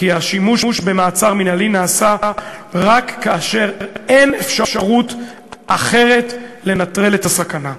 כי השימוש במעצר מינהלי נעשה רק כאשר אין אפשרות אחרת לנטרל את הסכנה.